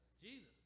Jesus